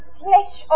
flesh